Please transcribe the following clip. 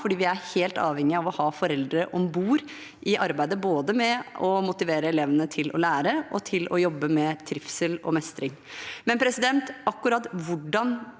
for vi er helt avhengige av å ha foreldre om bord i arbeidet med å motivere elevene både til å lære og til å jobbe med trivsel og mestring. Akkurat hvordan